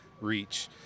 reach